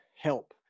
help